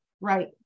Right